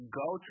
go